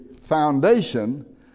foundation